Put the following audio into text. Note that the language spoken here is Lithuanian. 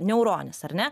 niauronis ar ne